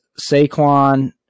Saquon